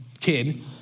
kid